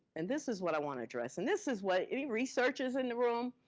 and this is what i want to address, and this is what, any researchers in the room?